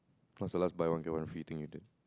what's the last buy one get one free thing you did